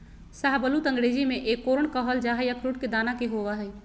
शाहबलूत अंग्रेजी में एकोर्न कहल जा हई, अखरोट के दाना के होव हई